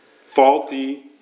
faulty